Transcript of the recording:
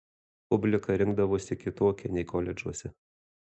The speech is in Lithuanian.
publika rinkdavosi kitokia nei koledžuose